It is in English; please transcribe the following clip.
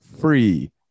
Free